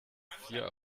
vier